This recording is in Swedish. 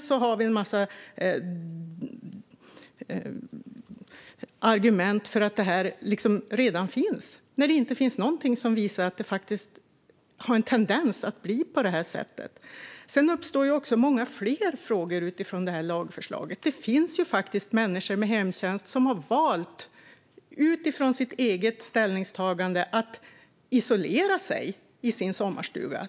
Vi har en massa argument för att det redan finns när det inte finns någonting som visar att det har en tendens att bli på det här sättet. Det uppstår också många fler frågor utifrån lagförslaget. Det finns människor med hemtjänst som har valt utifrån sitt eget ställningstagande att isolera sig i sin sommarstuga.